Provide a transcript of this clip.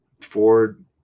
Ford